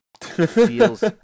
Feels